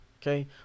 Okay